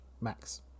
Max